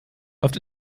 läuft